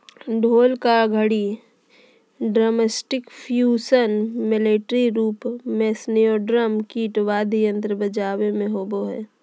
ढोल का छड़ी ड्रमस्टिकपर्क्यूशन मैलेट रूप मेस्नेयरड्रम किट वाद्ययंत्र बजाबे मे होबो हइ